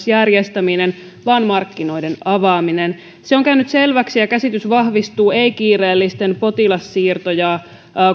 järjestäminen vaan markkinoiden avaaminen se on käynyt selväksi ja käsitys vahvistuu ei kiireellisiä potilassiirtoja